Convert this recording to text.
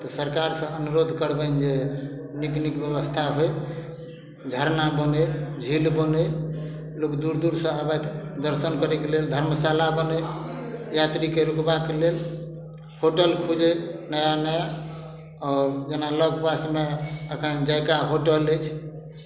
तऽ सरकारसँ अनुरोध करबनि जे नीक नीक व्यवस्था होइ झरना बनय झील बनय लोक दूर दूरसँ आबथि दर्शन करयके लेल धर्मशाला बनय यात्रीके रुकबाक लेल होटल खुजय नया नया आओर जेना लग पासमे एखन जायका होटल अछि